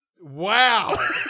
Wow